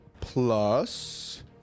plus